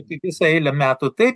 kaip visą eilę metų tai